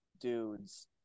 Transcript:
dudes